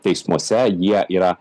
teismuose jie yra